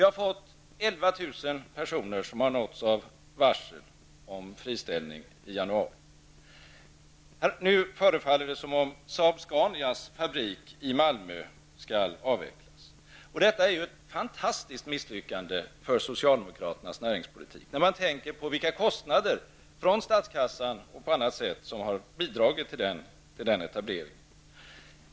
Det är 11 000 personer som nåtts av varsel om friställning i januari. Nu förefaller det som om Saab-Scanias fabrik i Malmö skall avvecklas. Detta är ju ett fantastiskt misslyckande för socialdemokraternas näringspolitik med tanke på hur de bidragit till den etableringen med medel från statskassan och på andra sätt.